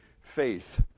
faith